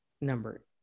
Number